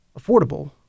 affordable